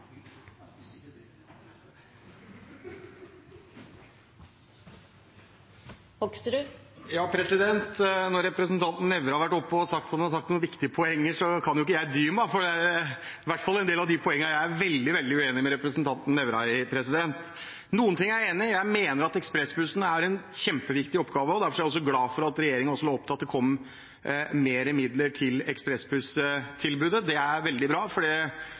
kan jeg ikke dy meg. I hvert fall en del av de poengene er jeg veldig, veldig uenig med representanten Nævra i. Noen ting er jeg enig i, jeg mener at ekspressbussene er kjempeviktige, og derfor er jeg glad for at regjeringen lovet at det kommer mer midler til ekspressbusstilbudet. Det er veldig bra, for det